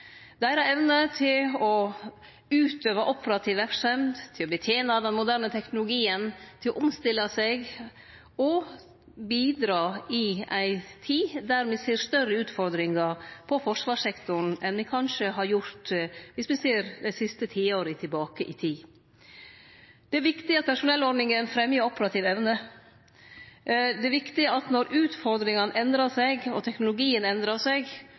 til å utøve operativ verksemd, til å betene den moderne teknologien, til å omstille seg og bidra i ei tid der me ser større utfordringar på forsvarssektoren enn me kanskje har gjort dersom me ser dei siste tiåra tilbake i tid. Det er viktig at personellordninga fremjar operativ evne. Det er viktig at når utfordringane endrar seg, og teknologien endrar seg,